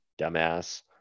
dumbass